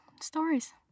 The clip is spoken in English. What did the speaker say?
stories